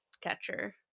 catcher